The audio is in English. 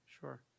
sure